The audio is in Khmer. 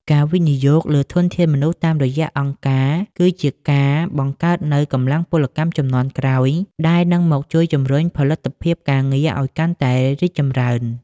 ការវិនិយោគលើធនធានមនុស្សតាមរយៈអង្គការ គឺជាការបង្កើតនូវ "កម្លាំងពលកម្មជំនាន់ក្រោយ" ដែលនឹងមកជួយជំរុញផលិតភាពការងារឱ្យកាន់តែរីកចម្រើន។